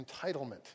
entitlement